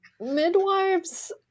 midwives